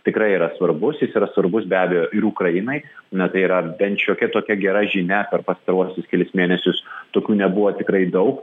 tikrai yra svarbus jis yra svarbus be abejo ir ukrainai na tai yra bent šiokia tokia gera žinia per pastaruosius kelis mėnesius tokių nebuvo tikrai daug